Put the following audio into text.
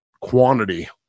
quantity